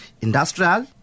industrial